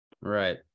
right